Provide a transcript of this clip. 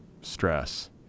stress